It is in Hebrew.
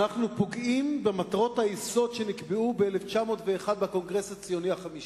אנחנו פוגעים במטרות היסוד שנקבעו ב-1901 בקונגרס הציוני החמישי.